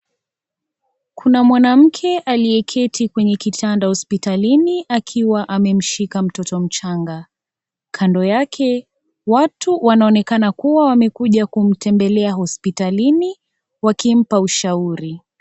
Kuna mwanamke aliyeketi kwenye kitanda hospitalini akiwa amemshika mtoto mchanga, kando yake watu wanaonekana kuwa wamekuja kumtembelea hospitalini wakimpa ushauri.